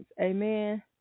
Amen